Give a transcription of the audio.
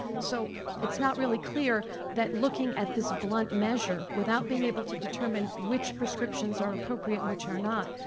so it's not really clear that looking at this blunt measure without being able to determine which prescriptions are appropriate and which are not,